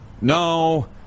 No